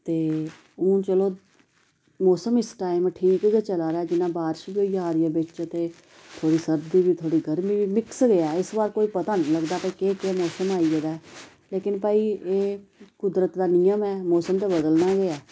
ते हून चलो मौसम इस कारण ठीक के चला दा जि'यां बारश बी होई जा दी ऐ बिच्च बिच्च ते थोह्ड़ी गर्मी बी थोह्ड़ी सर्दी बी थोह्ड़ी गर्मी बी मिक्स के ऐ इस बार कोई पता निं लगदा भाई केह् केह् मौसम आई गेदा ऐ लेकिन भाई एह् कुदरत दा नियम ऐ मौसम ते बदलना गे ऐ